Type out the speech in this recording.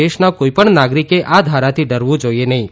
દેશના કોઇપણ નાગરિકે આ ધારાથી ડરવું જોઇએ નહીં